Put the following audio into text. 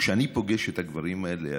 כשאני פוגש את הגברים האלה,